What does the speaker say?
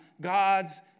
God's